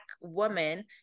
woman